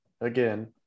again